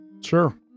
Sure